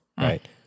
right